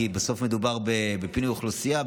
כי בסוף מדובר בפינוי אוכלוסייה,